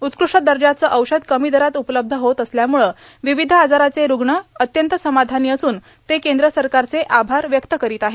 उत्कृष्ट दर्जाचं औषध कमी दरात उपलब्ध होत असल्यामुळं विविध आजाराचे रूग्ण अत्यंत समाधानी असून ते केंद्र सरकारचे आभार व्यक्त करीत आहेत